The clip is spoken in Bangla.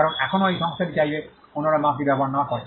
কারণ এখনও এই সংস্থাটি চাইবে অন্যরা মার্কটি ব্যবহার না করে